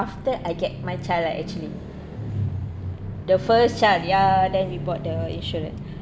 after I get my child lah actually the first child ya then we bought the insurance